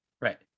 right